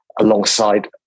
alongside